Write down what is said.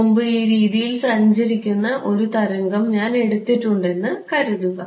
മുമ്പ് ഈ രീതിയിൽ സഞ്ചരിക്കുന്ന ഒരു തരംഗം ഞാൻ എടുത്തിട്ടുണ്ടെന്ന് കരുതുക